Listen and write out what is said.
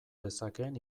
dezakeen